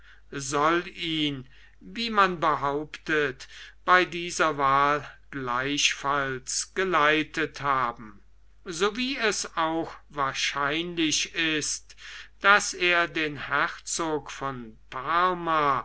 soll ihn wie man behauptet bei dieser wahl gleichfalls geleitet haben so wie es auch wahrscheinlich ist daß er den herzog von parma